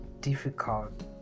difficult